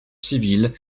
civile